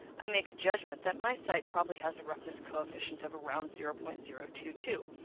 i make a judgment that my site probably has a roughness coefficient of around zero point zero two two,